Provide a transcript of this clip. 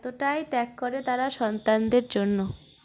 ততটাই ত্যাগ করে তারা সন্তানদের জন্য